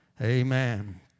Amen